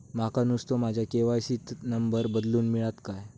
माका नुस्तो माझ्या के.वाय.सी त नंबर बदलून मिलात काय?